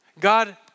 God